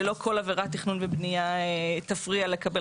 שלא כל עברת תכנון ובנייה תפריע לקבל